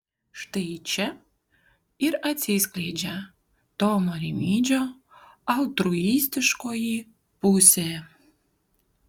štai čia ir atsiskleidžia tomo rimydžio altruistiškoji pusė